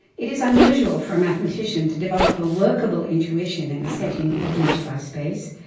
it is unusual for a mathematician to develop a workable intuition in the setting of moduli space.